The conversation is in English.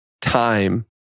time